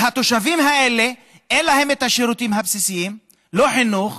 והתושבים האלה אין להם את השירותים הבסיסיים: לא חינוך,